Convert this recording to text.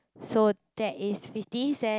so that is fifty cent